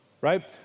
Right